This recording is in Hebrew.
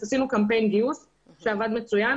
עשינו קמפיין גיוס שעבד מצוין,